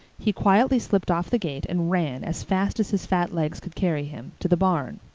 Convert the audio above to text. he quietly slipped off the gate and ran, as fast as his fat legs could carry him, to the barn.